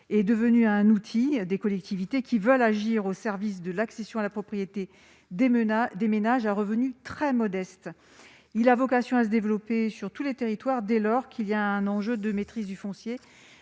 est devenu un outil pour les collectivités voulant agir au service de l'accession à la propriété des ménages à revenus très modestes. Il a vocation à se développer dans tous les territoires, dès lors qu'il y a un enjeu de maîtrise du foncier.